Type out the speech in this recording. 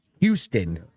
houston